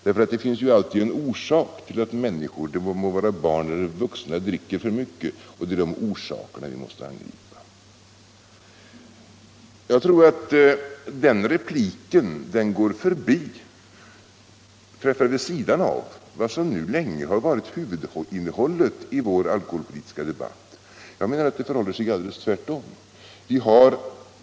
Det finns ju alltid en orsak till att människor — det må vara barn eller vuxna — dricker för mycket, och det är dessa orsaker vi måste angripa. Jag tror att den repliken träffar vid sidan av vad som nu länge har varit huvudinnehållet i vår alkoholpolitiska debatt. Jag menar att det förhåller sig alldeles tvärtom.